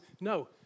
No